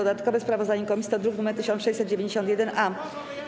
Dodatkowe sprawozdanie komisji to druk nr 1691-A.